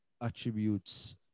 attributes